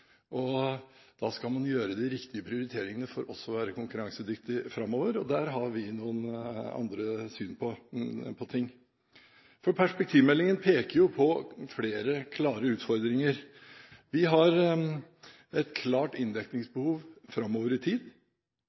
tider. Da skal man gjøre de riktige prioriteringene for også å være konkurransedyktig framover, og der har vi noen andre syn på ting. Perspektivmeldingen peker jo på flere klare utfordringer. Vi har et klart inndekningsbehov framover i tid.